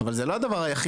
אבל זה לא הדבר היחיד.